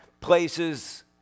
places